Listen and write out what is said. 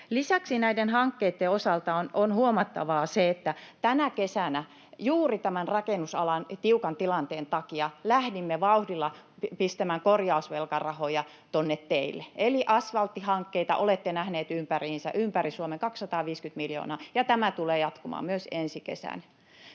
Lisäksi näiden hankkeitten osalta on huomattavaa se, että tänä kesänä juuri rakennusalan tiukan tilanteen takia lähdimme vauhdilla pistämään korjausvelkarahoja tuonne teille. Eli asvalttihankkeita olette nähneet ympäriinsä ympäri Suomen, 250 miljoonaa, ja tämä tulee jatkumaan myös ensi kesänä.